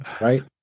right